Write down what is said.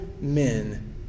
men